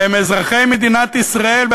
אלה הם אזרחי מדינת ישראל,